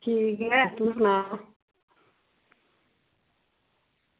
ठीक ऐ तूं सनाऽ